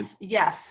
yes